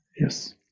Yes